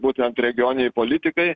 būtent regioninei politikai